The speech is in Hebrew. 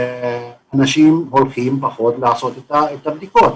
אנשים הולכים פחות לעשות את הבדיקות.